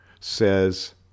says